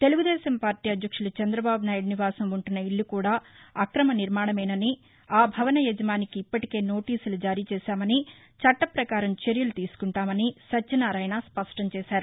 Telugu Desam party అధ్యక్షులు చంద్రబాబు నాయుడు నివాసం ఉంటున్న ఇల్ల కూడా అక్రమ నిర్మాణమేనని ఆ భవన యజమానికి ఇప్పటికే నోటీసులు జారీచేశామని చట్ల పకారం చర్యలు తీసుకుంటామని సత్యన్నారాయణ స్పష్టంచేశారు